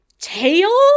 tail